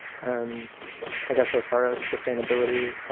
and i guess as far as sustainability,